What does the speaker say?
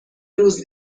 روز